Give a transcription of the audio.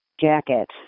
jacket